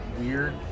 weird